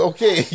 Okay